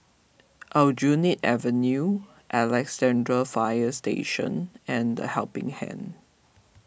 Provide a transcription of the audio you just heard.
Aljunied Avenue Alexandra Fire Station and the Helping Hand